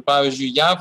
pavyzdžiui jav